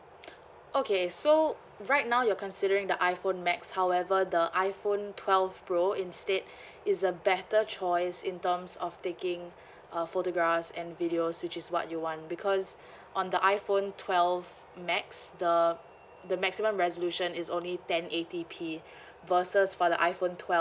okay so right now you're considering the iphone max however the iphone twelve pro instead is a better choice in terms of taking uh photographs and videos which is what you want because on the iphone twelve max the the maximum resolution is only ten eighty P versus for the iphone twelve